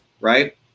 right